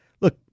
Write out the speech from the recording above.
look